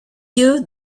you